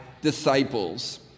disciples